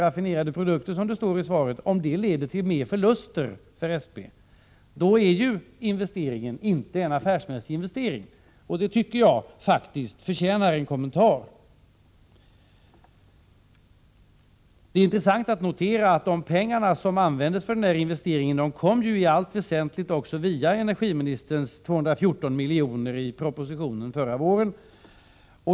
raffinerade produkter, som det står i svaret, om det leder till mera förluster för SP. Då är ju investeringen inte en affärsmässig investering, och det tycker jag faktiskt förtjänar en kommentar. Det är intressant att notera att de pengar som användes för investeringen i allt väsentligt kom via energiministerns 214 milj.kr. i propositionen förra våren.